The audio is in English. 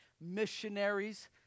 missionaries